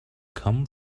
come